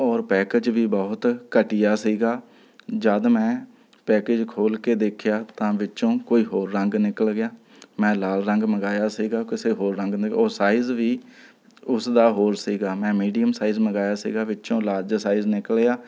ਔਰ ਪੈਕੇਜ ਵੀ ਬਹੁਤ ਘਟੀਆ ਸੀਗਾ ਜਦ ਮੈਂ ਪੈਕੇਜ ਖੋਲ੍ਹ ਕੇ ਦੇਖਿਆ ਤਾਂ ਵਿੱਚੋਂ ਕੋਈ ਹੋਰ ਰੰਗ ਨਿਕਲ ਗਿਆ ਮੈਂ ਲਾਲ ਰੰਗ ਮਗਵਾਇਆ ਸੀਗਾ ਕਿਸੇ ਹੋਰ ਰੰਗ ਔਰ ਸਾਈਜ਼ ਵੀ ਉਸਦਾ ਹੋਰ ਸੀਗਾ ਮੈਂ ਮੀਡੀਅਮ ਸਾਈਜ਼ ਮੰਗਾਇਆ ਸੀਗਾ ਵਿੱਚੋਂ ਲਾਰਜ ਸਾਈਜ਼ ਨਿਕਲਿਆ